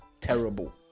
Terrible